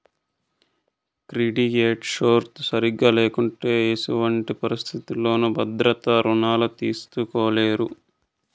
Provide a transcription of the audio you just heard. credit score సరిగా లేకుంటే ఎసుమంటి పరిస్థితుల్లోనూ భద్రత రుణాలు తీస్కోలేరు